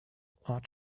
are